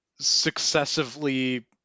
successively